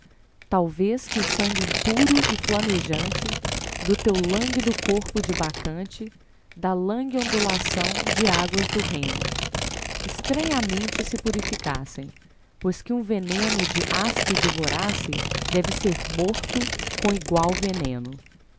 talvez que o sangue impuro e flamejante do teu lânguido corpo de bacante da langue ondulação de águas do reno estranhamente se purificasse pois que um veneno de áspide vorace deve ser morto com igual veneno